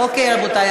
אכן.